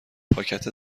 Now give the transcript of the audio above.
پاکت